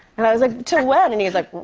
and i was like, till when? and he was like,